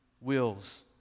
wills